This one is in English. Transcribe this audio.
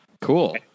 cool